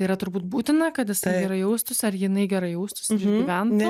yra turbūt būtina kad jisai gerai jaustųsi ar jinai gerai jaustųsi išgyventų